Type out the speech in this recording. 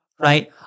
right